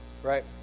Right